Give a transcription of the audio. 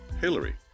Hillary